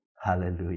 Hallelujah